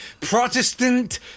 Protestant